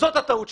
זאת הטעות שלכם.